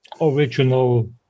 original